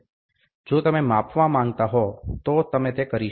જો તમે માપવા માંગતા હો તો તમે તે કરી શકો છો